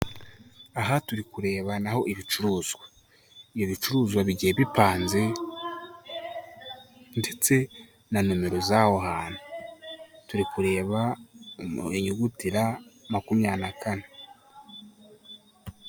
Aha turi kurebanaho ibicuruzwa, ibyo bicuruzwa bigiye bipanze ndetse na nomero z'aho hantu, turi kureba inyuguti R makumyabiri na kane.